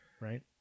Right